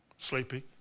Sleepy